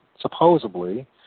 supposedly